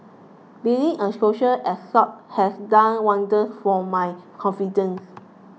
being a social escort has done wonders for my confidence